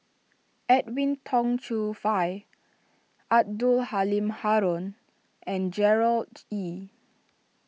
Edwin Tong Chun Fai Abdul Halim Haron and Gerard Ee